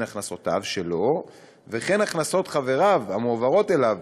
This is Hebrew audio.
הכנסותיו שלו וכן הכנסות חבריו המועברות אליו,